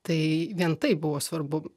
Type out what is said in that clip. tai vien tai buvo svarbu